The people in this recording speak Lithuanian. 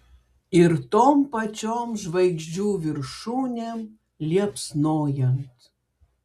ir tom pačiom žvaigždžių viršūnėm liepsnojant